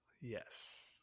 Yes